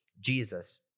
Jesus